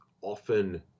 often